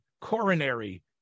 coronary